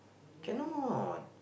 cannot